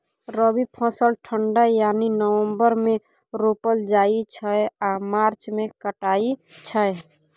रबी फसल ठंढा यानी नवंबर मे रोपल जाइ छै आ मार्च मे कटाई छै